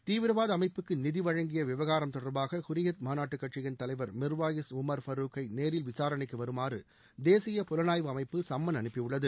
தீவிரவாத அமைப்புக்கு நிதி வழங்கிய விவகாரம் தொடர்பாக ஹுரியத் மாநாட்டு கட்சியின் தலைவர் மிர்வாயிஸ் உமர் ஃபருக்கை நேரில் விசாரணைக்கு வருமாறு தேசிய புலனாய்வு அமைப்பு சம்மன் அனுப்பியுள்ளது